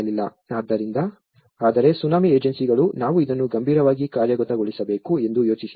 ಆದ್ದರಿಂದ ಆದರೆ ಸುನಾಮಿ ಏಜೆನ್ಸಿಗಳು ನಾವು ಇದನ್ನು ಗಂಭೀರವಾಗಿ ಕಾರ್ಯಗತಗೊಳಿಸಬೇಕು ಎಂದು ಯೋಚಿಸಿವೆ